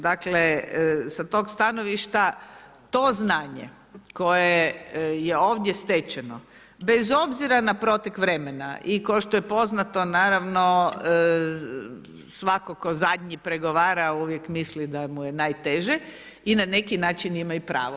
Dakle, sa tog stanovišta to znanje koje je ovdje stečeno bez obzira na protek vremena i kao što je poznato naravno svatko tko zadnji pregovara uvijek misli da mu je najteže i na neki način ima i pravo.